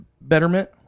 betterment